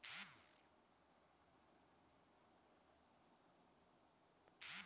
चारागाह के साथ एगो गड़ेड़िया के भी जरूरत होला जवन भेड़ के चढ़ावे